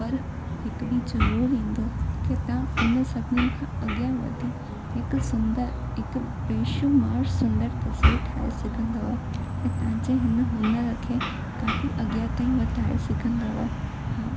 पर हिकु ॾींहुं ज़रूरु ईंदो की तव्हां उन सभिनीनि खां अगिया वधी हिकु सुंदरु हिकु बेशुमार सुंदरु तसवीरु ठाहे सघंदव ऐं तव्हांजे हिन हुनर खे काफ़ी अगियां ताईं वधाए सघंदव हा